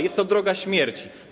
Jest to droga śmierci.